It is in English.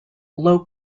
low